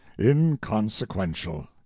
inconsequential